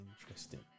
Interesting